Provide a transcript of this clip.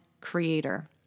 creator